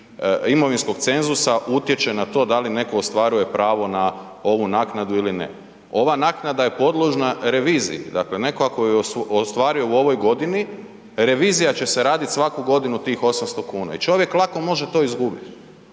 imovinskog cenzusa utječe na to da li neko ostvaruje pravo na ovu naknadu ili ne. Ova naknada je podložna reviziji, dakle neko ako ju je ostvario u ovoj godini, revizija će se radit svaku godinu tih 800 kn i čovjek lako može to izgubit